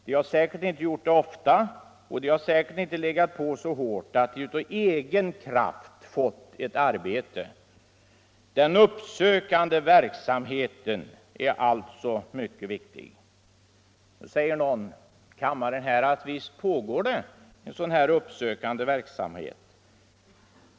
De hade säkert inte gjort det så ofta och de hade säkert inte legat på så hårt att de av egen kraft fått ett arbete. Den uppsökande verksamheten är alltså mycket viktig. Nu säger kanske någon i kammaren: Visst pågår en sådan här upp sökande verksamhet.